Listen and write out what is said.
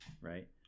right